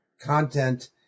content